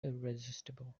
irresistible